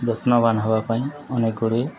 ଯତ୍ନବାନ୍ ହବା ପାଇଁ ଅନେକ ଗୁଡ଼ିଏ